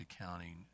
Accounting